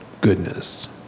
goodness